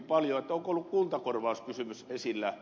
onko ollut kuntakorvauskysymys esillä